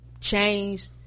changed